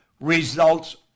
results